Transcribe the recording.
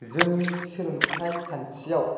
जोंनि सोलोंथाय खान्थियाव